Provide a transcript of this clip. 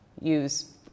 use